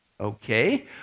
Okay